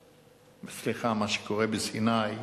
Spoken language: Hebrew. סליחה, מה שקורה בסיני,